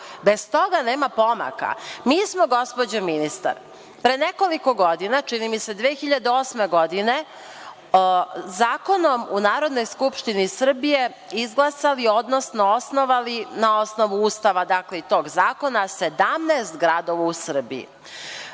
Bez toga nema pomaka. Mi smo, gospođo ministar, pre nekoliko godina, čini mi se, 2008. godine zakonom u Narodnoj skupštini Srbije izglasali, odnosno osnovali na osnovu Ustava i tog zakona 17 gradova u Srbiji.